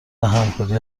همکاری